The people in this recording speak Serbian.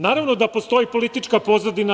Naravno da postoji politička pozadina.